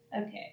Okay